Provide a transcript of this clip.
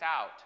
out